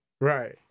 Right